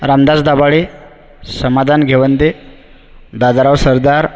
Ramdas Dabhade Samadhan Ghevande Dadarao Sardar